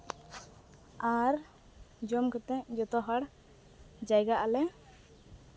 ᱟᱨ ᱡᱚᱢ ᱠᱟᱛᱮᱫ ᱡᱚᱛᱚ ᱦᱚᱲ ᱡᱟᱭᱜᱟᱜ ᱟᱞᱮ